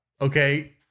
Okay